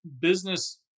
business